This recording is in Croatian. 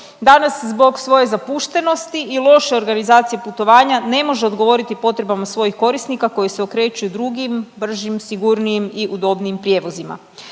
danas zbog svoje zapuštenosti i loše organizacije putovanja ne može odgovoriti potrebama svojih korisnika koji se okreću drugim, bržim, sigurnijim i udobnijim prijevozima.